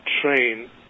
train